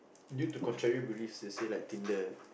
due to contrary beliefs they say like Tinder